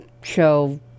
show